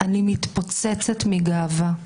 שאני מתפוצצת מגאווה.